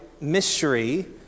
mystery